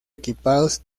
equipados